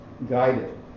Guided